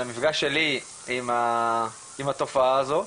על המפגש שלי עם התופעה הזו.